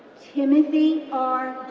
timothy r.